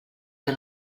que